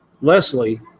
Leslie